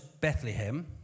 Bethlehem